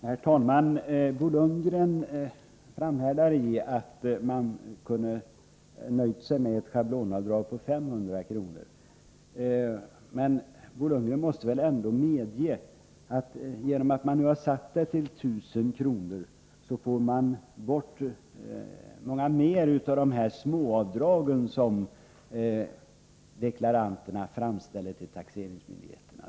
Herr talman! Bo Lundgren framhärdar i att man kunde ha nöjt sig med ett schablonavdrag på 500 kr. Men Bo Lundgren måste väl ändå medge att man genom att ha satt gränsen till 1 000 kr. får bort många fler av de småavdrag som deklaranterna framställer till taxeringsmyndigheterna.